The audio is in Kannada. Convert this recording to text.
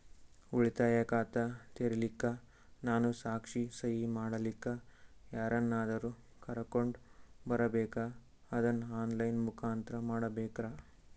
ಉಳಿತಾಯ ಖಾತ ತೆರಿಲಿಕ್ಕಾ ನಾನು ಸಾಕ್ಷಿ, ಸಹಿ ಮಾಡಲಿಕ್ಕ ಯಾರನ್ನಾದರೂ ಕರೋಕೊಂಡ್ ಬರಬೇಕಾ ಅದನ್ನು ಆನ್ ಲೈನ್ ಮುಖಾಂತ್ರ ಮಾಡಬೇಕ್ರಾ?